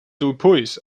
dupuis